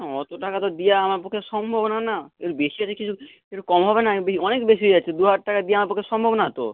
না অত টাকা তো দেওয়া আমার পক্ষে সম্ভব না না একটু বেশি হচ্ছে কিছু একটু কম হবে না অনেক বেশি হয়ে যাচ্ছে দুহাজার টাকা দেওয়া আমার পক্ষে সম্ভব না তো